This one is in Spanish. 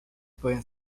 pueden